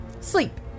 sleep